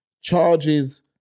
charges